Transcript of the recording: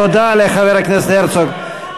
תודה לחבר הכנסת הרצוג.